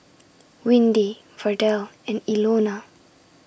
Windy Verdell and Ilona